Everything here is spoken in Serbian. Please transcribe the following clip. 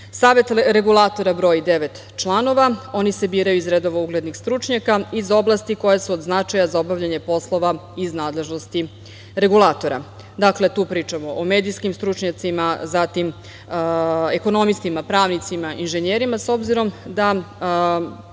Regulatora broji devet članova, oni se biraju iz redova uglednih stručnjaka iz oblasti koje su od značaja za obavljanje poslova iz nadležnosti Regulatora. Dakle, tu pričamo o medijskim stručnjacima, zatim ekonomistima, pravnicima, inženjerima, s obzirom da